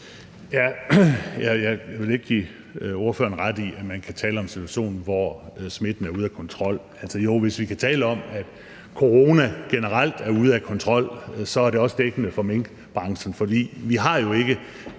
Jeg vil ikke give ordføreren ret i, at man kan tale om en situation, hvor smitten er ude af kontrol. Altså, jo, hvis vi kan tale om, at corona generelt er ude af kontrol, så er det også dækkende for minkbranchen, for vi har jo ikke